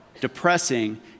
depressing